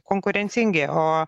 konkurencingi o